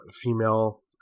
female